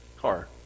car